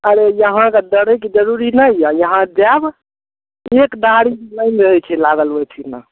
अरे अहाँके डड़ैके जरूरी नहि यऽ यहाँ जायब एक दहारी लाइन रहै छै लागल ओहि ठिना